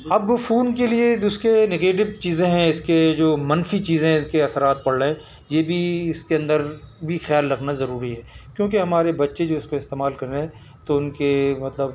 اب وہ فون کے لیے جو اس کے نگیٹیو چیزیں ہیں اس کے جو منفی چیزیں اس کے اثرات پڑ رہے ہیں یہ بھی اس کے اندر بھی خیال رکھنا ضروری ہے کیونکہ ہمارے بچے جو اس کو استعمال کر رہے ہیں تو ان کے مطلب